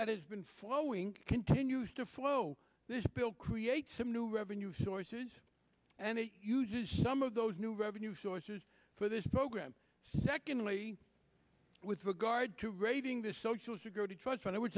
that has been flowing continues to flow this bill creates some new revenue sources and uses some of those new revenue sources for this program secondly with regard to raiding the social security trust fund i would